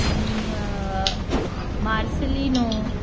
आनी मार्सेलीनू